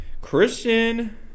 Christian